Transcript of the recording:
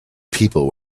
people